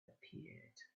appeared